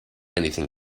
anything